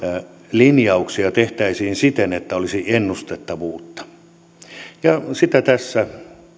linjauksia tehtäisiin siten että olisi ennustettavuutta ja sitä tässä